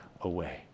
away